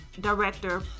director